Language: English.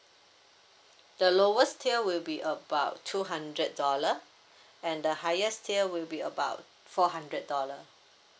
the lowest tier will be about two hundred dollar and the highest tier will be about four hundred dollar